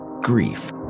grief